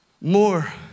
more